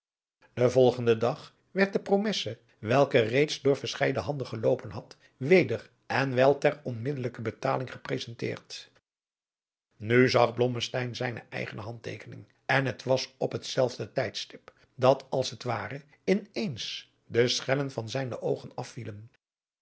den volgenden dag werd de promesse welke reeds door verscheiden handen geloopen had adriaan loosjes pzn het leven van johannes wouter blommesteyn weder en wel ter onmiddellijke betaling gepresenteerd nu zag blommesteyn zijne eigene handteekening en het was op het zelfde tijdstip dat als het ware in eens de schellen van zijne oogen afvielen